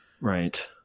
Right